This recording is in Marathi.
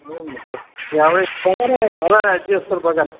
म्हणून म्हटलं यावेळेस बघा नं झालं अॅडजेस्ट तर बघा नं